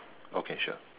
okay sure